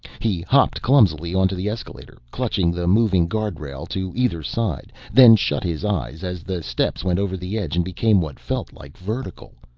he hopped clumsily onto the escalator, clutched the moving guard rail to either side, then shut his eyes as the steps went over the edge and became what felt like vertical.